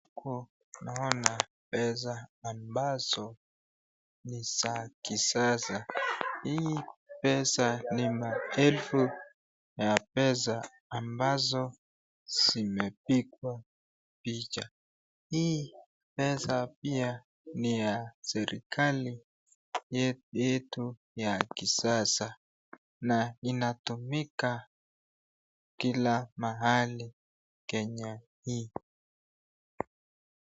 Huku naona pesa ambazo ni za kisasa ,hii pesa ni maelfu ya pesa ambazo zimepigwa picha, hii pesa pia ni ya serikali yetu ya kisasa na inatumika kila mahali Kenya hii.